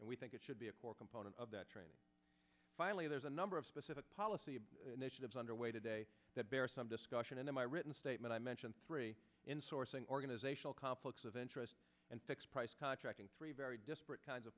and we think it should be a core component of that training finally there's a number of specific policy initiatives underway today that bear some discussion and in my written statement i mention three insourcing organizational conflicts of interest and fixed price contracting three very disparate kinds of